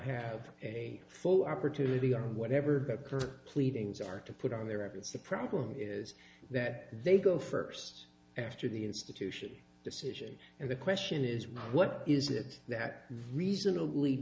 have a full opportunity or whatever occur pleadings are to put on their evidence the problem is that they go first after the institution decision and the question is what is it that reasonably